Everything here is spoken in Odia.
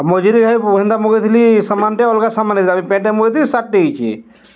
ଆଉ ମଝିରେ ସେମିତି ମଗେଇଥିଲି ସାମାନଟେ ଅଲଗା ସାମାନ ଦେଇଥିଲା ପ୍ୟାଣ୍ଟ୍ଟେ ମଗେଇଥିଲି ସାର୍ଟ୍ଟେ ଦେଇଛି